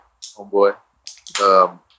homeboy